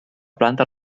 planta